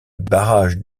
barrage